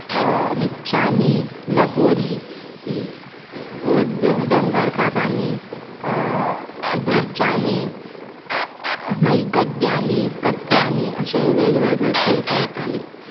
लिपच्यांनी लगोरी डंगर का पानी धरच्यांनी मागीर गड्ड्यांनी कट्ट्यांनी अशें वेगळे वेगळे खेळ खेयटालीं